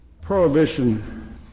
prohibition